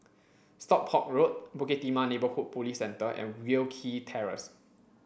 Stockport Road Bukit Timah Neighbourhood Police Centre and Wilkie Terrace